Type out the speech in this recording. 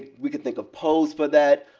we can think of pose for that.